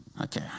Okay